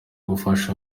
gufasha